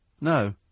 no